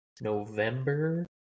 November